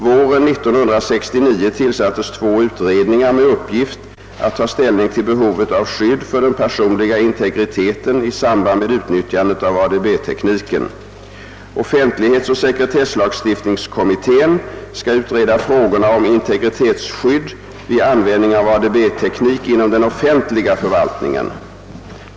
Våren 1969 tilisattes två utredningar med uppgift att ta ställning till behovet av skydd för den personliga integriteten i samband med utnyttjandet av ADB-tekniken. Offentlighetsoch sekretesslagstiftningskommittén skall utreda frågorna om integritetsskydd vid användning av ADB-teknik inom den offentliga förvaltningen.